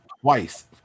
twice